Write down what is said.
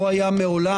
לא היה מעולם.